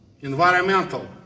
environmental